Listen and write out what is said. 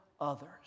others